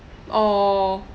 oh